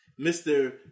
Mr